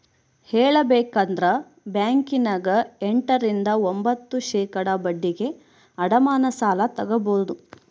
ಹೇಳಬೇಕಂದ್ರ ಬ್ಯಾಂಕಿನ್ಯಗ ಎಂಟ ರಿಂದ ಒಂಭತ್ತು ಶೇಖಡಾ ಬಡ್ಡಿಗೆ ಅಡಮಾನ ಸಾಲ ತಗಬೊದು